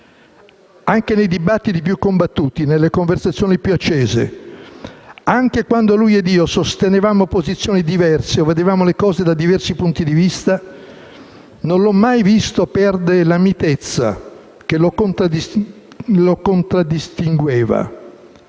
anche nei dibattiti più combattuti, nelle conversazioni più accese, anche quando lui ed io sostenevamo posizioni diverse o vedevamo le cose da diversi punti di vista, non l'ho mai visto perdere la mitezza che lo contraddistingueva,